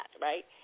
right